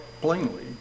plainly